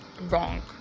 wrong